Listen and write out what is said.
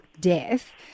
death